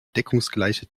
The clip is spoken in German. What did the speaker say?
deckungsgleiche